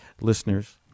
listeners